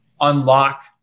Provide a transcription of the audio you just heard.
unlock